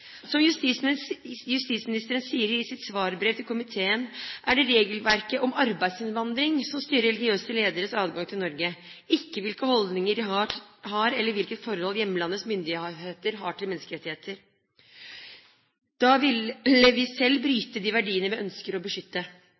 liker. Som justisministeren sier i sitt svarbrev til komiteen, er det regelverket om arbeidsinnvandring som styrer religiøse lederes adgang til Norge, ikke hvilke holdninger de har, eller hvilket forhold hjemlandets myndigheter har til menneskerettigheter. Da ville vi selv bryte de verdiene vi ønsker å beskytte.